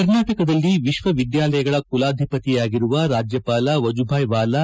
ಕರ್ನಾಟಕದಲ್ಲಿ ವಿಶ್ವವಿದ್ಯಾಲಯಗಳ ಕುಲಾಧಿಪತಿ ಆಗಿರುವ ರಾಜ್ಯವಾಲ ವಜೂಭಾಯಿ ವಾಲಾ